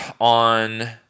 on